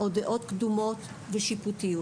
דעות קדומות ושיפוטיות.